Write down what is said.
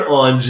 on